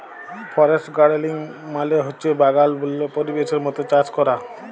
forest গাড়েলিং মালে হছে বাগাল বল্য পরিবেশের মত চাষ ক্যরা